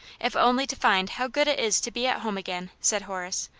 if only to find how good it is to be at home again, said horace,